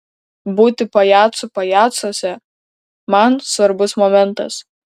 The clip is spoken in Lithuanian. būti pajacu pajacuose man svarbus momentas